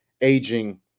aging